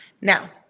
now